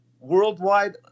Worldwide